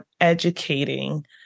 educating